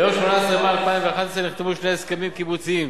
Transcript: ביום 18 במאי 2011 נחתמו שני הסכמים קיבוציים